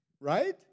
Right